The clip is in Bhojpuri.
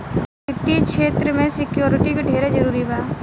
वित्तीय क्षेत्र में सिक्योरिटी के ढेरे जरूरी बा